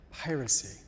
piracy